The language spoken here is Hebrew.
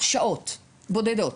שעות בודדות.